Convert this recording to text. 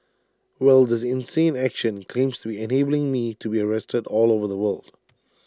well this insane action claims to be enabling me to be arrested all over the world